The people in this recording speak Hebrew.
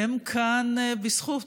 והם כאן בזכות,